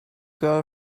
girl